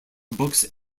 books